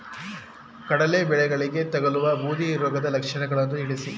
ಕಡಲೆ ಬೆಳೆಗೆ ತಗಲುವ ಬೂದಿ ರೋಗದ ಲಕ್ಷಣಗಳನ್ನು ತಿಳಿಸಿ?